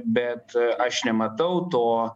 bet aš nematau to